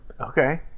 okay